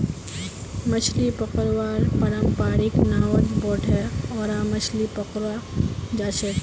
मछली पकड़वार पारंपरिक नावत बोठे ओरा मछली पकड़वा जाछेक